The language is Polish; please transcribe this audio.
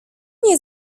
nie